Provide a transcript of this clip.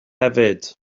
hefyd